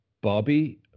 Bobby